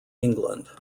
england